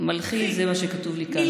מלכי, זה מה שכתוב לי כאן.